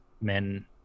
men